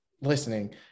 listening